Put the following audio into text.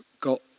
got